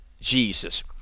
Jesus